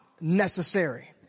necessary